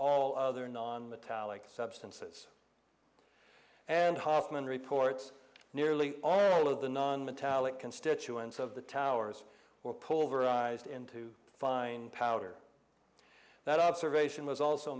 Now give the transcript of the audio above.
all other nonmetallic substances and hofmann reports nearly all of the nonmetallic constituents of the towers were pulled over ised into a fine powder that observation was also